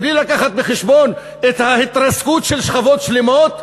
מבלי להביא בחשבון את ההתרסקות של שכבות שלמות,